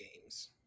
games